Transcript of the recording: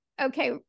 okay